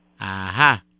Aha